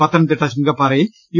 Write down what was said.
പത്തനംതിട്ട ചുങ്കപ്പാറയിൽ യു